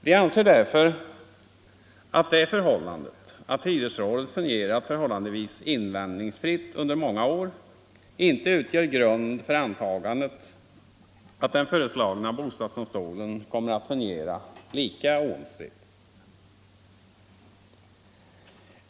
Vi anser därför att den omständigheten att hyresrådet fungerat förhållandevis invändningsfritt under många år inte utgör grund för antagandet att den föreslagna bostadsdomstolen kommer att fungera lika oomstritt.